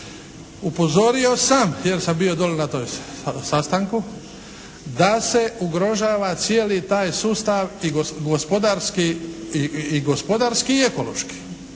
Upozorio sam, jer sam bio dolje na tom sastanku da se ugrožava cijeli taj sustav i gospodarski i ekološki,